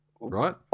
right